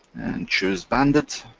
and choose banded,